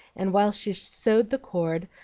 and while she sewed the cord,